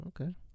okay